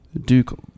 duke